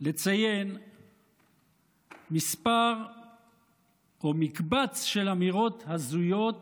לציין מקבץ של אמירות הזויות